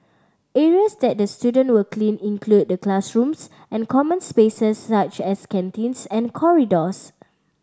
areas that the students will clean include the classrooms and common spaces such as canteens and corridors